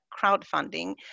crowdfunding